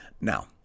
Now